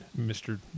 Mr